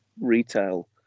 retail